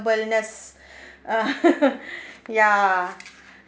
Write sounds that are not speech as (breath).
ness (laughs) (breath) ya